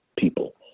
People